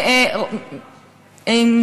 איל ינון.